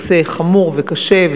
נושא חמור וקשה,